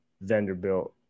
Vanderbilt